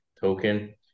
token